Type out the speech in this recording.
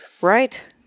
Right